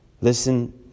Listen